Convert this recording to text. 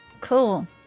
Cool